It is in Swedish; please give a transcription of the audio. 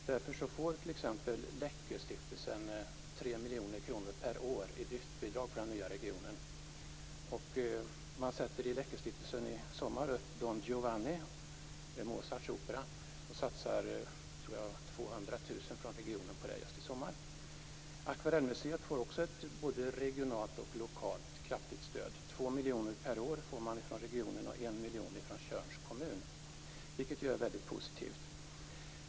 Därför får t.ex. Läcköstiftelsen 3 miljoner kronor per år i driftsbidrag från den nya regionen. Läcköstiftelsen sätter i sommar upp Mozarts opera Don Giovanni. Regionen satsar, tror jag, 200 000 kr på detta. Akvarellmuseet får också ett både regionalt och lokalt kraftigt stöd, 2 miljoner kronor per år från regionen och 1 miljon från Tjörns kommun, vilket ju är väldigt positivt.